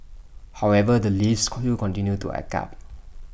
however the lifts continue to act up